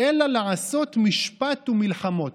" אלא לעשות משפט ומלחמות".